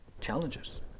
challenges